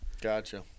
Gotcha